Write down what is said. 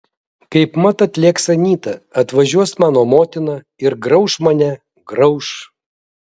kaipmat atlėks anyta atvažiuos mano motina ir grauš mane grauš